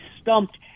stumped